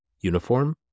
uniform